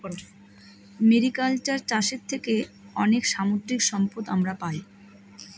mariculture চাষের থেকে অনেক সামুদ্রিক সম্পদ আমরা পাই